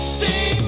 see